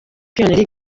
champions